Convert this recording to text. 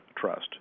trust